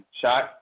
shot